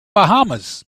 bahamas